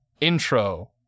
Intro